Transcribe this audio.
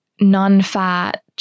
non-fat